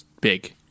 big